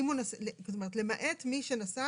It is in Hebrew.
מי שנסע